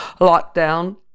Lockdown